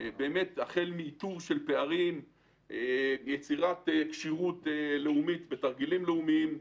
החל מאיתור פערים ויצירת כשירות לאומית בתרגילים לאומיים.